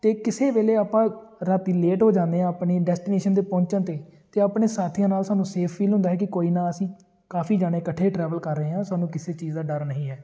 ਅਤੇ ਕਿਸੇ ਵੇਲੇ ਆਪਾਂ ਰਾਤੀਂ ਲੇਟ ਹੋ ਜਾਂਦੇ ਹਾਂ ਆਪਣੀ ਡੈਸਟੀਨੇਸ਼ਨ 'ਤੇ ਪਹੁੰਚਣ 'ਤੇ ਤਾਂ ਆਪਣੇ ਸਾਥੀਆਂ ਨਾਲ ਸਾਨੂੰ ਸੇਫ ਫੀਲ ਹੁੰਦਾ ਹੈ ਕਿ ਕੋਈ ਨਾ ਅਸੀਂ ਕਾਫੀ ਜਣੇ ਇਕੱਠੇ ਟਰੈਵਲ ਕਰ ਰਹੇ ਹਾਂ ਸਾਨੂੰ ਕਿਸੇ ਚੀਜ਼ ਦਾ ਡਰ ਨਹੀਂ ਹੈ